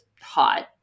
hot